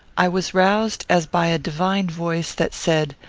i was roused as by a divine voice, that said,